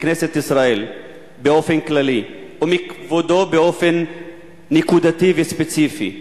מכנסת ישראל באופן כללי ומכבודו באופן נקודתי וספציפי,